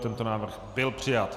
Tento návrh byl přijat.